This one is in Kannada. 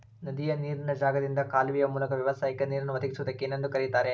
ನದಿಯ ನೇರಿನ ಜಾಗದಿಂದ ಕಾಲುವೆಯ ಮೂಲಕ ವ್ಯವಸಾಯಕ್ಕ ನೇರನ್ನು ಒದಗಿಸುವುದಕ್ಕ ಏನಂತ ಕರಿತಾರೇ?